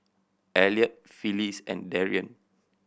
Eliot Phyllis and Darien